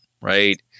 Right